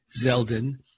Zeldin